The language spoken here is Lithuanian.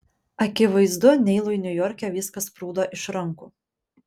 akivaizdu neilui niujorke viskas sprūdo iš rankų